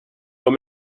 were